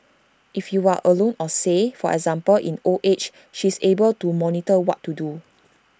if you are alone or say for example in old age she's able to monitor what to do